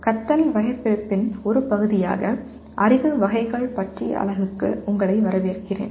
கற்றல் வகைபிரிப்பின் ஒரு பகுதியாக அறிவு வகைகள் பற்றிய அலகுக்கு உங்களை வரவேற்கிறேன்